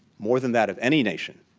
more than that of any nation,